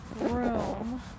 room